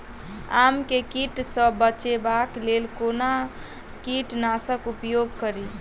आम केँ कीट सऽ बचेबाक लेल कोना कीट नाशक उपयोग करि?